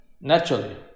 Naturally